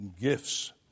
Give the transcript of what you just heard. gifts